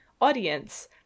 audience